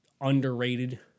underrated